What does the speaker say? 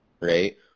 right